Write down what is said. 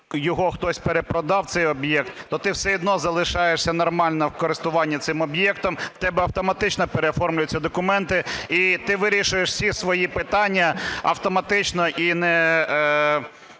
його хтось перепродав, цей об'єкт, то ти все одно залишаєшся нормально в користуванні цим об'єктом. У тебе автоматично переоформлюються документи і ти вирішуєш всі свої питання автоматично і не